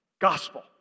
Gospel